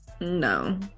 no